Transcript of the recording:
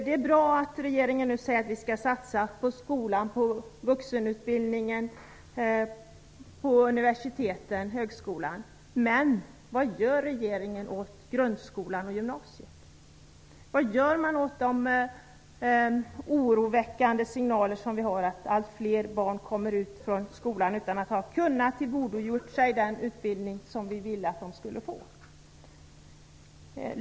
Det är bra att regeringen nu säger att vi skall satsa på skolan, på vuxenutbildningen, på universiteten och högskolorna, men vad gör regeringen åt grundskolan och gymnasiet? Vad gör man åt de oroväckande signaler som vi har om att allt fler barn kommer ut från skolan utan att ha kunnat tillgodogöra sig den utbildning som vi ville att de skulle få?